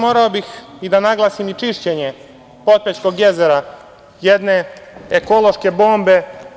Morao bih da naglasim i čišćenje Potpećkog jezera, jedne ekološke bombe.